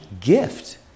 gift